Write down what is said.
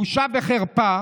בושה וחרפה,